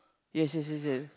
yes yes yes yes